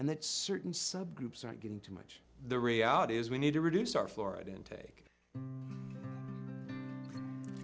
and that certain sub groups aren't getting too much the reality is we need to reduce our florid intake